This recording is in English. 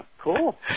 cool